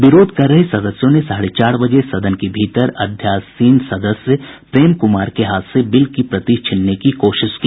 विरोध कर रहे सदस्यों ने साढ़े चार बजे सदन के भीतर अध्यासीन सदस्य प्रेम कुमार के हाथ से बिल की प्रति छीनने की कोशिश की